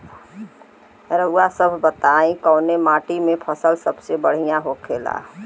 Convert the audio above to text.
रउआ सभ बताई कवने माटी में फसले सबसे बढ़ियां होखेला?